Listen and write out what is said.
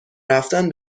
رفتن